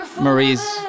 Marie's